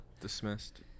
Dismissed